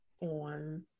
on